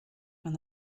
from